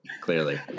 clearly